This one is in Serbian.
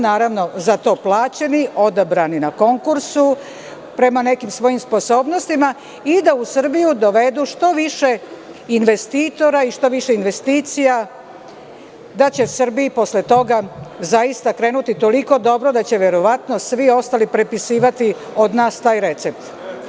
Naravno za to su bili plaćeni, odabrani na konkursu prema nekim svojim sposobnostima i da u Srbiju dovedu što više investitora i što više investicija, da će Srbiji posle toga zaista krenuti toliko dobro da će verovatno svi ostali prepisivati od nas taj recept.